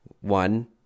one